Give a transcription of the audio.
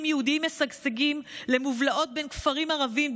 יהודיים משגשגים למובלעות בין כפרים ערביים,